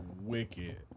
Wicked